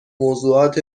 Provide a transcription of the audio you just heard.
موضوعات